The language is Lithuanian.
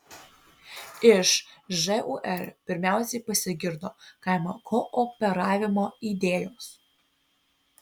iš žūr pirmiausia pasigirdo kaimo kooperavimo idėjos